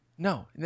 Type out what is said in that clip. No